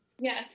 Yes